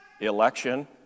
election